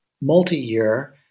multi-year